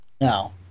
No